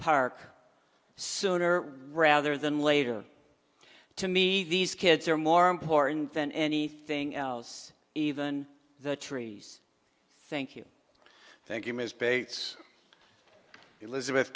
park sooner rather than later to me these kids are more important than anything else even the trees thank you thank you ms bates elizabeth